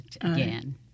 again